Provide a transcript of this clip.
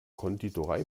konditorei